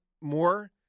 more